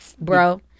bro